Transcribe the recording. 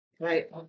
Right